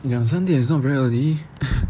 两三点 is not very early